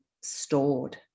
stored